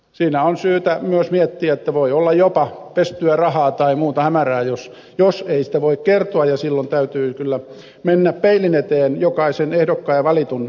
siinä on syytä myös miettiä että voi olla jopa pestyä rahaa tai muuta hämärää jos ei sitä voi kertoa ja silloin täytyy kyllä mennä peilin eteen jokaisen ehdokkaan ja valitun itse